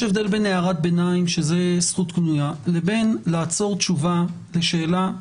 יש הבדל בין הערת ביניים שזו זכות קנויה לבין לעצור תשובה לשאלה.